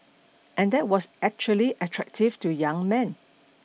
and that was actually attractive to young men